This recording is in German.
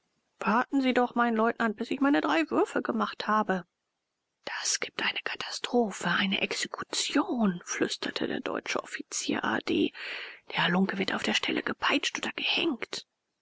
warten sie doch mein leutnant bis ich meine drei würfe gemacht habe das gibt eine katastrophe eine exekution flüsterte der deutsche offizier a d der halunke wird auf der stelle gepeitscht oder gehenkt